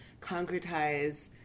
concretize